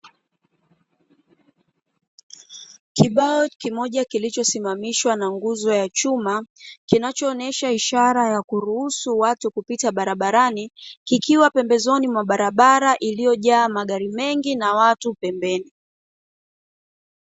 Kibao kimoja kilichosimamishwa na nguzo ya chuma, kinachoonesha ishara ya kuruhusu watu kupita barabarani, kikiwa pembezoni mwa barabara iliyojaa magari mengi na watu pembeni.